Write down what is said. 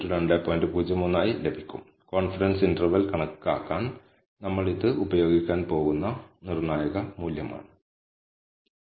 03 ആയി ലഭിക്കും confidence interval കണക്കാക്കാൻ നമ്മൾ ഇത് ഉപയോഗിക്കാൻ പോകുന്ന നിർണായക മൂല്യമാണിത്